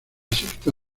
sexta